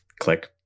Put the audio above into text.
click